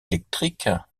électrique